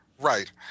Right